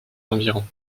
environs